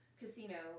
casino